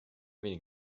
wenig